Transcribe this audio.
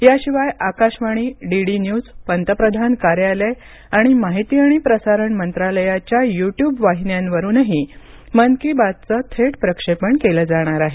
याशिवाय Akashvani DD news पंतप्रधान कार्यालय आणि माहिती आणि प्रसारण मंत्रालयाच्या युट्युब वाहिन्यांवरूनही मन की बातचं थेट प्रक्षेपण केलं जाणार आहे